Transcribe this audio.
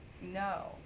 No